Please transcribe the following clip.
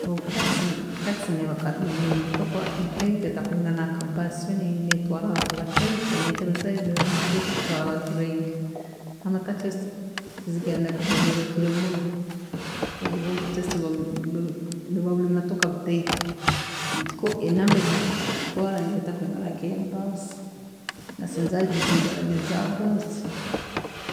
Taxi taxi niyo motoka entaito etakwiingana na baasi, so netwaara abantu bataito, netwaara size yaayo iyo tekutwaara abantu baingi. Haroho taxi tezigenda orugendo ruraihire muno, bo just bu- buba bumotoka butaito, baitu ko enamba eyikakutwaara neeba etakwiingana nka eya baasi, license zaayo tizikwingana nka eza baasi.